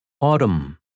Autumn